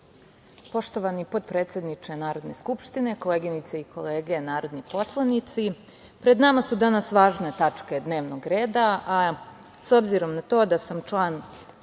Poštovani potpredsedniče Narodne skupštine, koleginice i kolege narodni poslanici, pred nama su danas važne tačke dnevnog reda, a s obzirom na to da sam član